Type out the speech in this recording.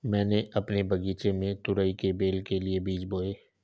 मैंने अपने बगीचे में तुरई की बेल के लिए बीज बोए